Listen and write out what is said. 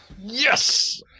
Yes